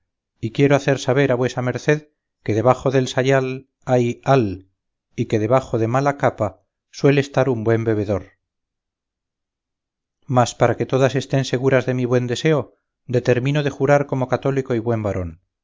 y quiero hacer saber a vuesa merced que debajo del sayal hay ál y que debajo de mala capa suele estar un buen bebedor mas para que todas estén seguras de mi buen deseo determino de jurar como católico y buen varón